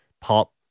pop